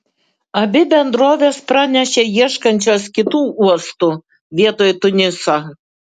abi bendrovės pranešė ieškančios kitų uostų vietoj tuniso